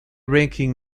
ranking